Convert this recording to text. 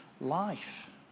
life